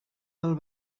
del